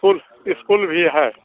school school भी है